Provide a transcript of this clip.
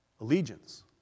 allegiance